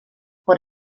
por